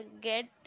get